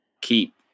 keep